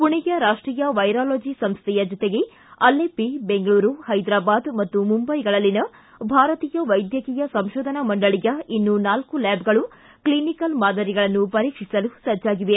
ಪುಣೆಯ ರಾಷ್ಷೀಯ ವೈರಾಲಜಿ ಸಂಸ್ಥೆಯ ಜೊತೆಗೆ ಅಲ್ಲೆಪ್ಪಿ ಬೆಂಗಳೂರು ಹೈದರಾಬಾದ್ ಮತ್ತು ಮುಂದೈಗಳಲ್ಲಿನ ಭಾರತೀಯ ವೈದ್ಯಕೀಯ ಸಂಶೋಧನಾ ಮಂಡಳಿಯ ಇನ್ನೂ ನಾಲ್ಕು ಲ್ಯಾಬ್ಗಳು ಕ್ಲಿನಿಕಲ್ ಮಾದರಿಗಳನ್ನು ಪರೀಕ್ಷಿಸಲು ಸಜ್ಜಾಗಿವೆ